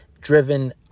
driven